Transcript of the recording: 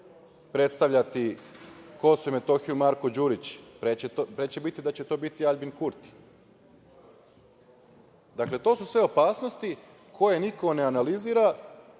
predstavljati Kosovo i Metohiju Marko Đurić. Pre će biti da će to biti Aljbin Kurti. Dakle, to su sve opasnosti koje niko ne analizira,